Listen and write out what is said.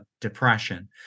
depression